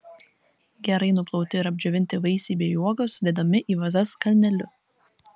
gerai nuplauti ir apdžiovinti vaisiai bei uogos sudedami į vazas kalneliu